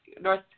North